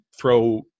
throw